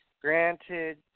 granted